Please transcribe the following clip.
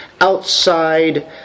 outside